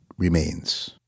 remains